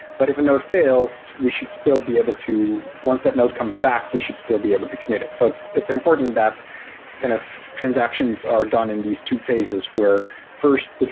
but if a node fails, we should still be able to once that node comes back, we should still be able to commit it. so it's it's important that kind of transactions are done in these two phases, where first,